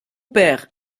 père